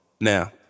Now